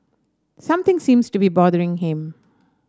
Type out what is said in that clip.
something seems to be bothering him